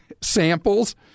samples